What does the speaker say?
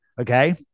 Okay